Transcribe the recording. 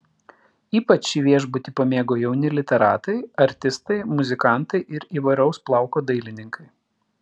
ypač šį viešbutį pamėgo jauni literatai artistai muzikantai ir įvairaus plauko dailininkai